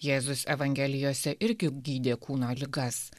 jėzus evangelijose irgi gydė kūno ligas